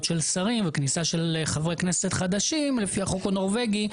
של שרים וכניסה של חברי כנסת חדשים לפי החוק הנורבגי,